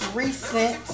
recent